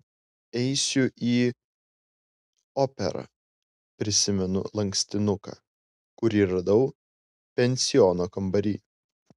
eisiu į operą prisimenu lankstinuką kurį radau pensiono kambary